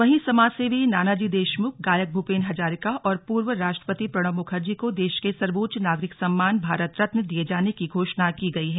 वहीं समाजसेवी नानाजी देशमुख गायक भूपेन हजारिका और पूर्व राष्ट्रपति प्रणब मुखर्जी को देश के सर्वोच्च नागरिक सम्मान भारत रत्न दिये जाने की घोषणा की गई है